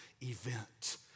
event